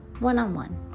one-on-one